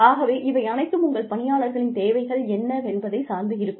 ஆகவே இவை அனைத்தும் உங்கள் பணியாளர்களின் தேவைகள் என்னவென்பதை சார்ந்து இருக்கும்